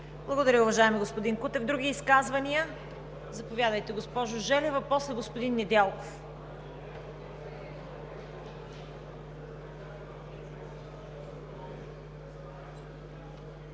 Благодаря Ви, уважаеми господин Кутев. Други изказвания? Заповядайте, госпожо Желева. После – господин Недялков.